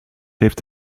heeft